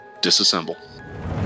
disassemble